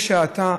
יש האטה,